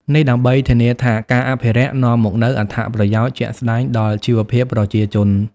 នេះដើម្បីធានាថាការអភិរក្សនាំមកនូវអត្ថប្រយោជន៍ជាក់ស្តែងដល់ជីវភាពប្រជាជន។